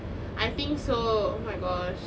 I think so oh my god